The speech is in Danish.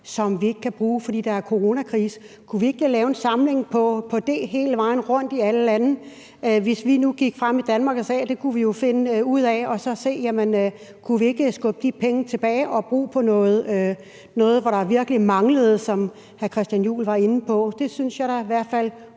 som vi ikke kan bruge, fordi der er coronakrise? Kunne vi ikke lave en opsamling på det hele vejen rundt i alle lande? Hvis vi nu gik frem i Danmark og sagde, at det kunne vi jo finde ud af, så kunne vi se, om vi kunne skubbe de penge tilbage og bruge dem på noget, som virkelig manglede, som hr. Christian Juhl var inde på. Det synes jeg da i hvert fald